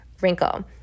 wrinkle